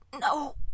No